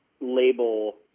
label